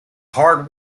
hard